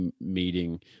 meeting